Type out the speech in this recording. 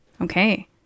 Okay